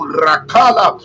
rakala